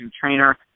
trainer